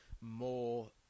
more